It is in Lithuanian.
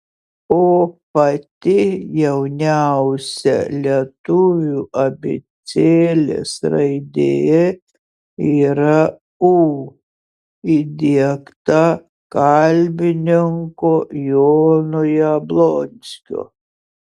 o pati jauniausia lietuvių abėcėlės raidė yra ū įdiegta kalbininko jono jablonskio